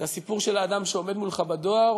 זה הסיפור של האדם שעומד מולך בדואר,